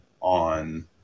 on